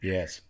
Yes